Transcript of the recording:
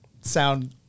sound